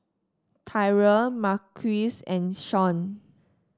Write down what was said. Tyrell Marquise and Sean